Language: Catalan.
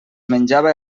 menjava